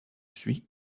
suis